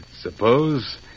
Suppose